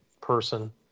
person